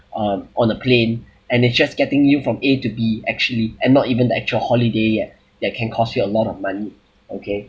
uh on the plane and it's just getting you from a to b actually and not even the actual holiday yet that can cost you a lot of money okay